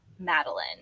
madeline